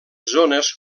zones